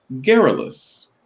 garrulous